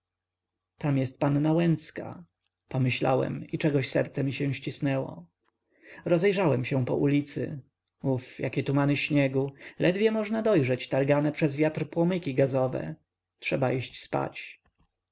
tam jest panna łęcka pomyślałem i czegoś serce mi się ścisnęło rozejrzałem się po ulicy uf jakie tumany śniegu ledwie można dojrzeć targane przez wiatr płomyki gazowe trzeba iść spać